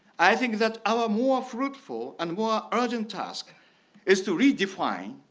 i think that our more fruitful and more urgent task is to redefine